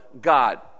God